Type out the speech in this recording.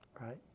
right